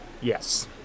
yes